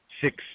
six